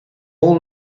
all